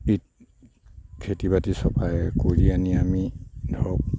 এই খেতি বাতি চপাই কৰি আনি আমি ধৰক